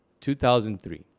2003